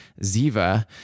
ziva